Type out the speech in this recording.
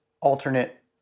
alternate